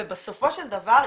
ובסופו של דבר,